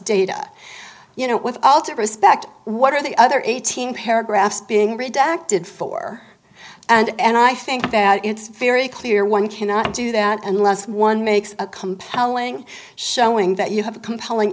data you know without respect what are the other eighteen paragraphs being redacted for and i think that it's very clear one cannot do that unless one makes a compelling showing that you have a compelling